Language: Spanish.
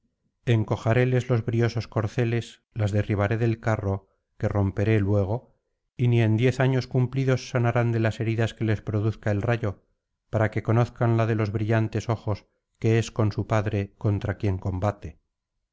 cumplirá encojaréles los briosos corceles las derribaré del carro que romperé luego y ni en diez años cumplidos sanarán de las heridas que les produzca el rayo para que conozca la de los brillantes ojos que es con su padre contra quien combate